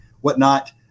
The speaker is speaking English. whatnot